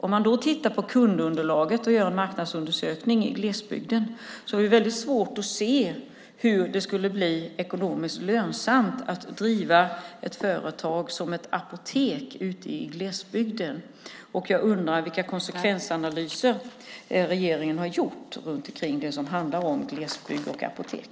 Om man tittar på kundunderlaget och gör en marknadsundersökning i glesbygden är det väldigt svårt att se hur det skulle bli ekonomiskt lönsamt att driva ett sådant företag som ett apotek i glesbygden. Jag undrar vilka konsekvensanalyser regeringen har gjort när det gäller glesbygd och apotek.